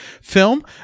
film